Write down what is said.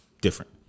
Different